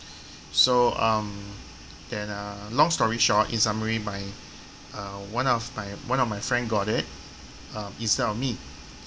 so um that uh long story short is in summary my uh one of my one of my friend got it uh instead of me